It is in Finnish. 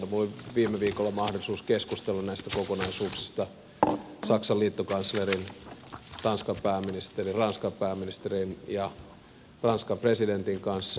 minulla oli viime viikolla mahdollisuus keskustella näistä kokonaisuuksista saksan liittokanslerin tanskan pääministerin ranskan pääministerin ja ranskan presidentin kanssa